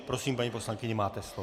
Prosím, paní poslankyně, máte slovo.